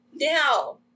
Now